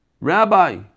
Rabbi